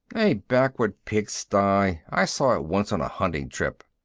a backward pig sty. i saw it once on a hunting trip.